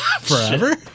forever